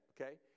Okay